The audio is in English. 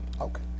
Okay